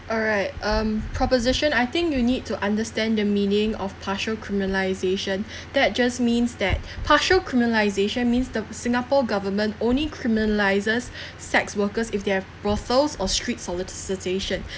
alright um proposition I think you need to understand the meaning of partial criminalisation that just means that partial criminalisation means the singapore government only criminalises sex workers if they have brothels or street solicitation